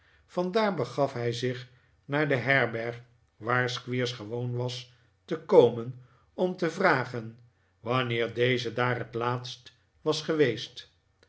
vandaar begaf hij zich naar de herberg waar squeers gewoon was te komen om te vragen wanneer deze daar het laatst was geweest